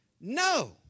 No